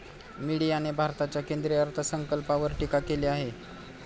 मीडियाने भारताच्या केंद्रीय अर्थसंकल्पावर टीका केली आहे